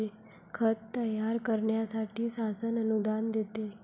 खत तयार करण्यासाठी शासन अनुदान देते